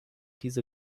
diese